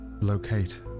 ...locate